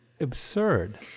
absurd